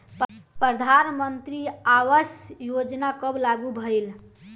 प्रधानमंत्री आवास योजना कब लागू भइल?